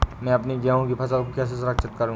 मैं अपनी गेहूँ की फसल को कैसे सुरक्षित करूँ?